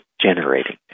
generating